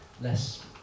less